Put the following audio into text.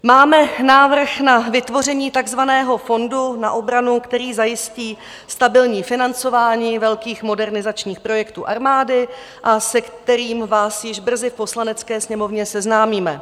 Máme návrh na vytvoření takzvaného fondu na obranu, který zajistí stabilní financování velkých modernizačních projektů armády a se kterým vás již brzy v Poslanecké sněmovně seznámíme.